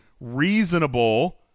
reasonable